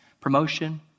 promotion